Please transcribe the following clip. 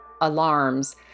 alarms